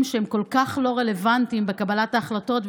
שהם כל כך לא רלוונטיים בקבלת ההחלטות,